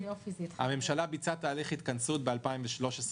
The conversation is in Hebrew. הממשלה ביצעה תהליך התכנסות ב-2014-2013,